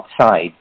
outside